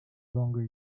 longer